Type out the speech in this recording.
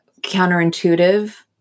counterintuitive